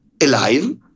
alive